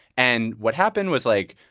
and what happened was, like,